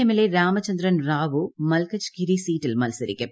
M L A Ramachandran Rao Malkajgiri സീറ്റിൽ മൽസരിക്കും